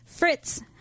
Fritz